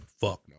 Fuck